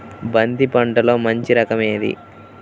బంతి పంటలో మంచి రకం ఏది?